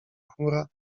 chmura